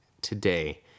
today